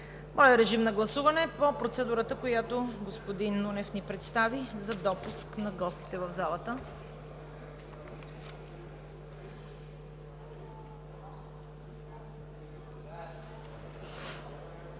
Моля, режим на гласуване по процедурата, която господин Нунев ни представи за допуск на гостите в залата.